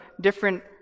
different